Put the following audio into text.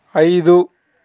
ఐదు